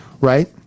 Right